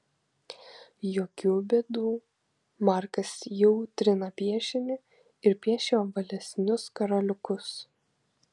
jokių bėdų markas jau trina piešinį ir piešia ovalesnius karoliukus